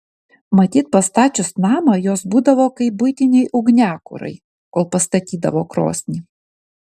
matyt pastačius namą jos būdavo kaip buitiniai ugniakurai kol pastatydavo krosnį